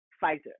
fighter